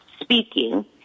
speaking